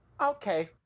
Okay